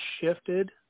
shifted